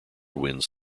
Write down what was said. wins